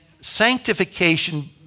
sanctification